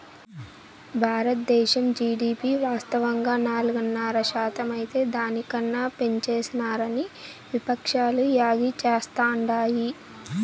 బారద్దేశం జీడీపి వాస్తవంగా నాలుగున్నర శాతమైతే దాని కన్నా పెంచేసినారని విపక్షాలు యాగీ చేస్తాండాయి